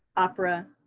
opera,